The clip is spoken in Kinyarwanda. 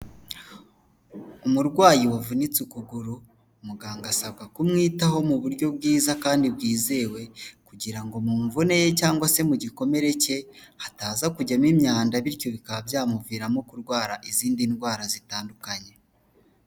Umurwayi wavunitse ukuguru, muganga asabwa kumwitaho mu buryo bwiza kandi bwizewe kugira ngo mu mvune ye cyangwa se mu gikomere cye hataza kujyamo imyanda bityo bikaba byamuviramo kurwara izindi ndwara zitandukanye.